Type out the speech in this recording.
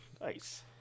Nice